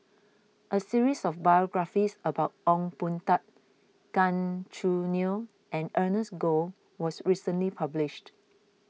a series of biographies about Ong Boon Tat Gan Choo Neo and Ernest Goh was recently published